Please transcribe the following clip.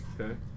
Okay